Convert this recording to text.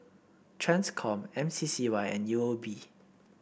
Transcom M C C Y and U O B